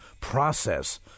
process